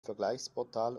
vergleichsportal